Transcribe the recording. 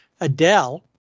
Adele